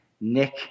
Nick